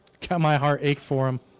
come my heart ache for him.